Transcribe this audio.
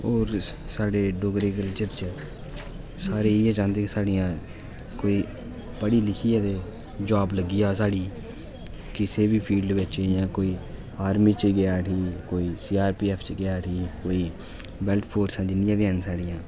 होर साढ़े डोगरी कल्चर च सारे इ'यै चाहदे कि साढ़ियां कोई पढ़ी लिखियै ते जॉब लग्गी जा कोई कुसै बी फील्ड बिच जां कोई आर्मी च गेआ उठी जां कोई सीआरपीएफ च गेआ उठी बेल्ट फोर्स जिन्नियां बी हैन साढ़ियां